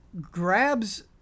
grabs